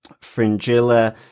fringilla